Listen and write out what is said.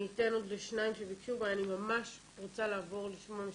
אני רוצה להגיד לכם שאנשים שלא רואים